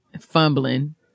fumbling